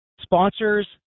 sponsors